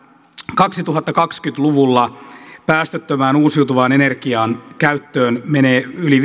kaksituhattakaksikymmentä luvulla päästöttömän uusiutuvan energian käyttöön menee yli